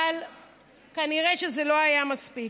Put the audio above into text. אבל כנראה שזה לא היה מספיק.